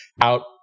out